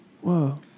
whoa